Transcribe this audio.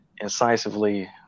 incisively